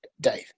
Dave